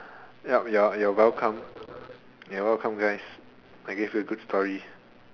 ya ya ya you're welcome you're welcome guys I gave you a good story